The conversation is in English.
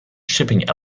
shipping